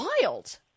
wild